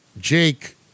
Jake